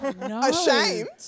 Ashamed